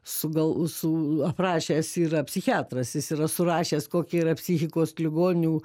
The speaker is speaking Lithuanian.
su gal su aprašęs yra psichiatras jis yra surašęs kokie yra psichikos ligonių